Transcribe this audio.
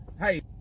Hey